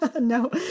No